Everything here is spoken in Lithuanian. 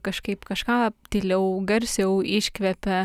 kažkaip kažką tyliau garsiau iškvepia